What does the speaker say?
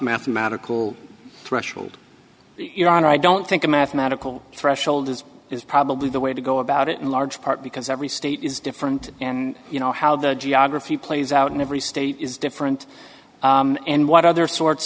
mathematical threshold your honor i don't think a mathematical threshold is is probably the way to go about it in large part because every state is different and you know how the geography plays out in every state is different and what other sorts